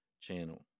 channel